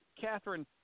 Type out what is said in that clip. Catherine